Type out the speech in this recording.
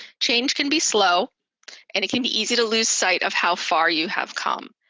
change can be slow and it can be easy to lose sight of how far you have come.